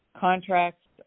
contracts